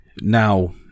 now